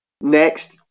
Next